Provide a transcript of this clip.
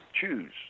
choose